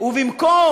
ובמקום